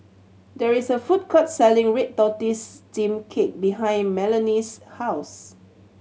there is a food court selling red tortoise steamed cake behind Melonie's house